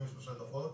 דוחות